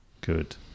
good